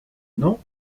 non